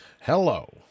Hello